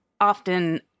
often